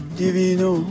divino